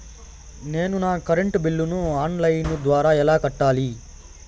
నేను నా కరెంటు బిల్లును ఆన్ లైను ద్వారా ఎలా కట్టాలి?